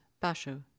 Basho